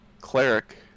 cleric